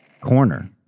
corner